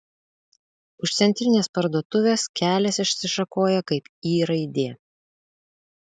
už centrinės parduotuvės kelias išsišakoja kaip y raidė